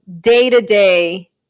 day-to-day